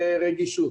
רגישות.